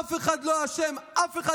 אף אחד לא אשם, אף אחד.